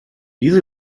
diese